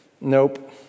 nope